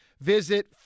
Visit